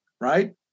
right